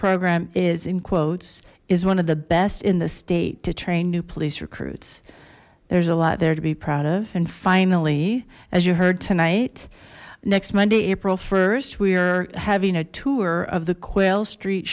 program is in quotes is one of the best in the state to train new police recruits there's a lot there to be proud of and finally as you heard tonight next monday april st we are having a tour of the quayle street